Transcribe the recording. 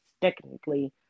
technically